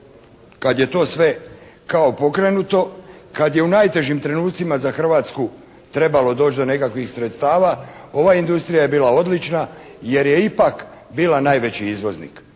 kad je to sve kao pokrenuto, kad je u najtežim trenutcima za Hrvatsku trebalo doći do nekakvih sredstava ova industrija je bila odlična jer je ipak bila najveći izvoznik